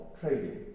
trading